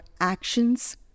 actions